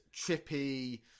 trippy